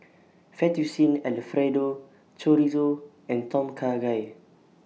Fettuccine Alfredo Chorizo and Tom Kha Gai